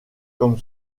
comme